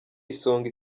isonga